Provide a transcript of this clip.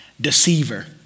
deceiver